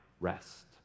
rest